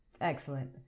excellent